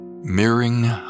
Mirroring